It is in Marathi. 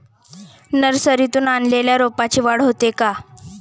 नर्सरीतून आणलेल्या रोपाची वाढ होते का?